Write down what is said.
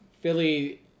Philly